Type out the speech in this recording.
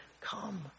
come